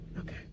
Okay